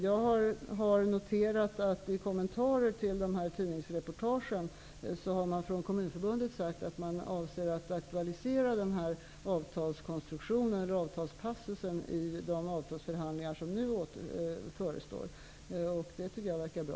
Jag har noterat att Kommunförbundet i kommentarer till dessa tidningsreportage har sagt att man avser att aktualisera den här avtalskonstruktionen eller avtalspassusen i de avtalsförhandlingar som nu förestår. Det tycker jag verkar bra.